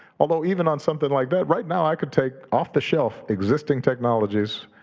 although even on something like that, right now, i could take off the shelf existing technologies.